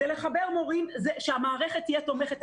זה לחבר מורים, שהמערכת תהיה תומכת.